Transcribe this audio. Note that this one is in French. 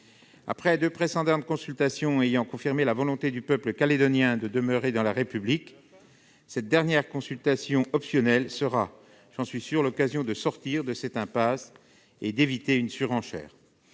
Après deux précédentes consultations ayant confirmé la volonté du peuple calédonien de demeurer dans la République, cette dernière consultation optionnelle sera- j'en suis sûr -l'occasion de sortir d'une telle impasse et d'éviter une surenchère.